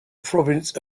province